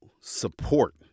support